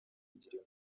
kugira